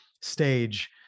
stage